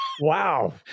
Wow